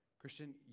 Christian